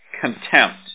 contempt